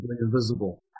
invisible